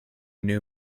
new